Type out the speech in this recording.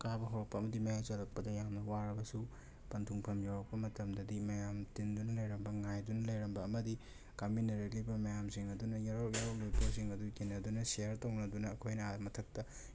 ꯀꯥꯕ ꯍꯧꯔꯛꯄ ꯑꯃꯗꯤ ꯃꯌꯥꯏ ꯆꯜꯂꯛꯄꯗ ꯌꯥꯝꯅ ꯋꯥꯔꯕꯁꯨ ꯄꯟꯊꯨꯡꯐꯝ ꯌꯧꯔꯛꯄ ꯃꯇꯝꯗꯗꯤ ꯃꯌꯥꯝ ꯇꯤꯟꯗꯨꯅ ꯂꯩꯔꯝꯕ ꯉꯥꯏꯗꯨꯅ ꯂꯩꯔꯝꯕ ꯑꯃꯗꯤ ꯀꯥꯃꯤꯟꯅꯔꯛꯂꯤꯕ ꯃꯌꯥꯁꯤꯡ ꯑꯗꯨꯅ ꯌꯥꯎꯔꯛ ꯌꯥꯎꯔꯛꯂꯤꯕ ꯄꯣꯠꯁꯤꯡ ꯑꯗꯨ ꯌꯦꯟꯅꯗꯨꯅ ꯁꯤꯌꯔ ꯇꯧꯅꯗꯨꯅ ꯑꯩꯈꯣꯏꯅ ꯑꯥ ꯃꯊꯛꯇ